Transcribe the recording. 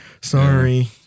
sorry